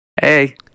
Hey